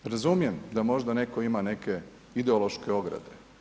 Razumijem, da možda netko ima neke ideološke ograde.